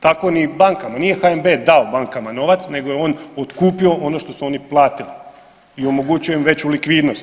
Tako i bankama, nije HNB dao bankama novac nego je on otkupio ono što su oni platili i omogućio im veću likvidnost.